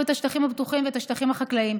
את השטחים הפתוחים ואת השטחים החקלאיים.